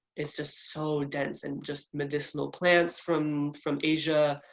it's just so dense and just medicinal plants from from asia,